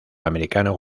americano